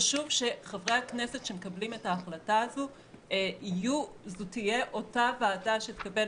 חשוב שחברי הכנסת שמקבלים את ההחלטה הזו יהיו זו תהיה אותה ועדה שתקבל.